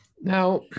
Now